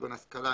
כגון השכלה,